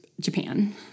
Japan